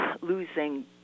losing